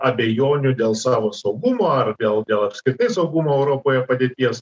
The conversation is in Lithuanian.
abejonių dėl savo saugumo ar dėl dėl apskritai saugumo europoje padėties